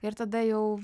ir tada jau